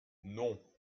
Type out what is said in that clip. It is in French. non